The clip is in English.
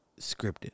scripted